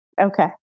Okay